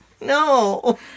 No